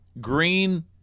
green